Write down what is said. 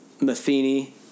Matheny